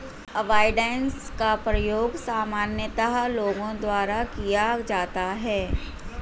avoidance का प्रयोग सामान्यतः लोगों द्वारा किया जाता है